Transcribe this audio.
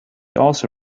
also